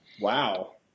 Wow